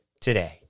today